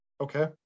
Okay